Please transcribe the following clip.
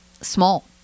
small